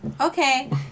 Okay